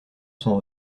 son